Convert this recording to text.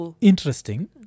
interesting